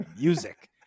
music